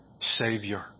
savior